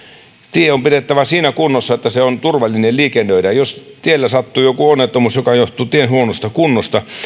tie on pidettävä siinä kunnossa että se on turvallinen liikennöidä jos tiellä sattuu joku onnettomuus joka johtuu tien huonosta kunnosta